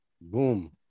Boom